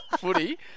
footy